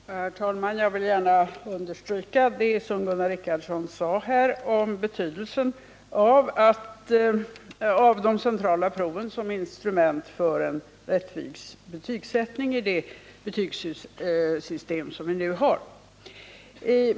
Herr talman! Jag vill gärna understryka det Gunnar Richardson sade om betydelsen av de centrala proven som instrument för en rättvis betygsättning i det betygssystem som vi nu har.